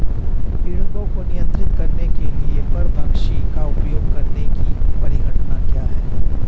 पीड़कों को नियंत्रित करने के लिए परभक्षी का उपयोग करने की परिघटना क्या है?